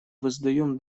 воздаем